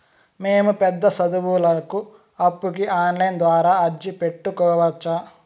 మేము పెద్ద సదువులకు అప్పుకి ఆన్లైన్ ద్వారా అర్జీ పెట్టుకోవచ్చా?